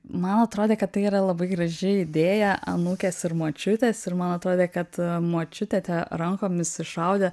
man atrodė kad tai yra labai graži idėja anūkės ir močiutės ir man atrodė kad močiutė te rankomis išaudė